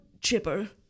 chipper